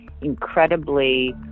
incredibly